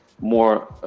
more